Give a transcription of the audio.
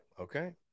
Okay